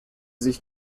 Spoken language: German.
sich